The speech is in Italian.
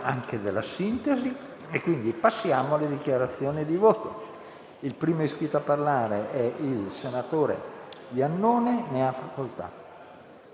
A nostro avviso si tratta di un lavoro importante, sul quale vogliamo esprimere un apprezzamento